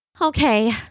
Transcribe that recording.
Okay